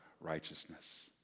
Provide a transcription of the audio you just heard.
righteousness